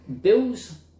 Bill's